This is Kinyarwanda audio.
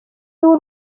w’u